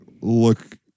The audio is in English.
look